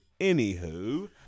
anywho